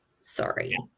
Sorry